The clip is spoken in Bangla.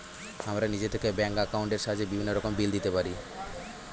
আমরা নিজে থেকেই ব্যাঙ্ক অ্যাকাউন্টের সাহায্যে বিভিন্ন রকমের বিল দিতে পারি